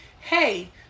hey